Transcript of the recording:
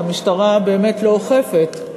המשטרה באמת לא אוכפת.